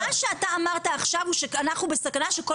מה שאתה אמרת עכשיו הוא שאנחנו בסכנה שכל